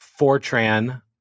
Fortran